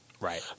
right